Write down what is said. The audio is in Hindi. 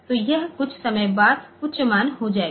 तो यह कुछ समय बाद उच्च मान हो जाएगा